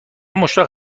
مشتاق